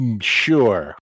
Sure